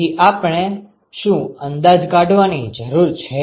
તેથી આપણે શું અંદાજ કાઢવાની જરૂર છે